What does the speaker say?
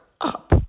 up